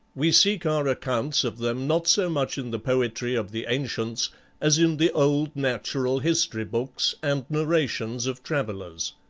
we seek our accounts of them not so much in the poetry of the ancients as in the old natural history books and narrations of travellers.